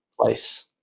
place